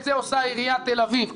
את זה עושה עיריית תל אביב.